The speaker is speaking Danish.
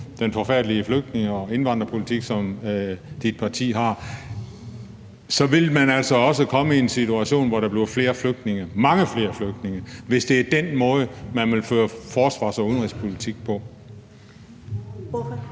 den forfærdelige flygtninge- og indvandrerpolitik, som forslagsstillerens parti har, komme en situation, hvor der bliver flere flygtninge, mange flere flygtninge, altså hvis det er den måde, man vil føre forsvars- og udenrigspolitik på. Kl.